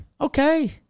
Okay